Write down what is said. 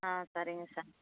ஆ சரிங்க சார்